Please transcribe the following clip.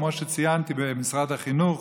כמו שציינתי במשרד החינוך,